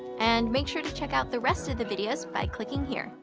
and make sure to check out the rest of the videos by clicking here.